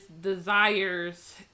desires